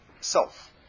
self